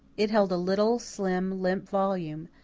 it held a little, slim, limp volume,